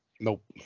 Nope